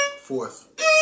fourth